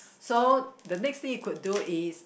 so the next thing you could do is